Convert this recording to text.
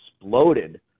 exploded